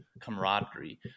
camaraderie